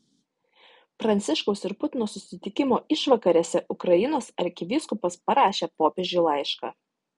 pranciškaus ir putino susitikimo išvakarėse ukrainos arkivyskupas parašė popiežiui laišką